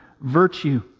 virtue